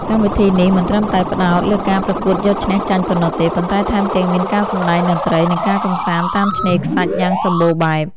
កម្មវិធីនេះមិនត្រឹមតែផ្ដោតលើការប្រកួតយកឈ្នះចាញ់ប៉ុណ្ណោះទេ ប៉ុន្តែថែមទាំងមានការសម្ដែងតន្ត្រី និងការកម្សាន្តតាមឆ្នេរខ្សាច់យ៉ាងសម្បូរបែប។